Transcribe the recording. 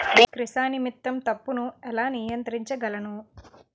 Chrysanthemum తప్పును ఎలా నియంత్రించగలను?